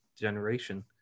generation